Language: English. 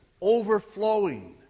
overflowing